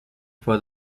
for